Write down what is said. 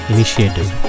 Initiative